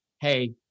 hey